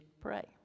pray